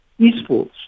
eSports